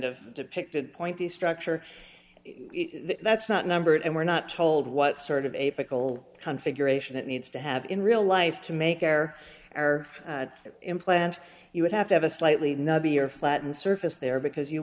of depicted point the structure that's not numbered and we're not told what sort of a pickle configuration it needs to have in real life to make air our implants you would have to have a slightly nubby or flattened surface there because you